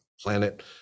planet